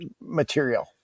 material